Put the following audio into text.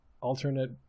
alternate